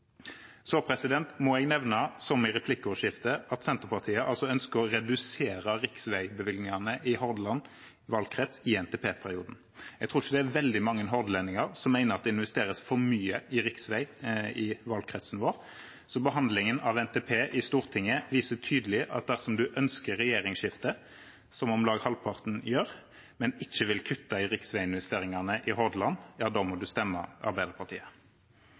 må jeg nevne, som i replikkordskiftet, at Senterpartiet altså ønsker å redusere riksveibevilgningene i Hordaland valgkrets i NTP-perioden. Jeg tror ikke det er veldig mange hordalendinger som mener at det investeres for mye i riksvei i valgkretsen vår, så behandlingen av NTP i Stortinget viser tydelig at dersom man ønsker et regjeringsskifte, slik om lag halvparten gjør, men ikke vil kutte i riksveiinvesteringene i Hordaland, må man stemme Arbeiderpartiet.